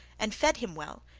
and fed him well,